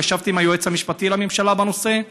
ואפילו ישבתי עם היועץ המשפטי לממשלה בנושא,